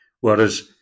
Whereas